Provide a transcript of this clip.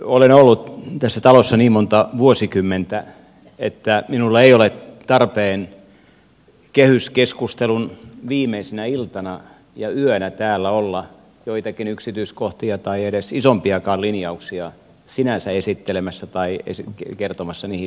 olen ollut tässä talossa niin monta vuosikymmentä että minulla ei ole tarpeen kehyskeskustelun viimeisenä iltana ja yönä täällä olla joitakin yksityiskohtia tai edes isompiakaan linjauksia sinänsä esittelemässä tai kertomassa niihin liittyviä mielipiteitä